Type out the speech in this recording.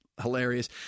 Hilarious